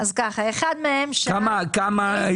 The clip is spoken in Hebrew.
יש לכם רוויזיות על חוק אחר.